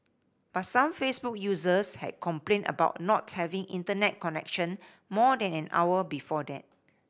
but some Facebook users had complained about not having Internet connection more than an hour before that